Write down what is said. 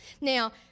Now